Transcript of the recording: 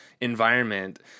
environment